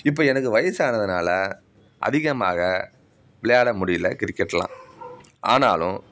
இப்போ எனக்கு வயசானதுனால அதிகமாக விளையாட முடியல கிரிக்கெட்லாம் ஆனாலும்